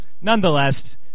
nonetheless